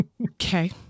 Okay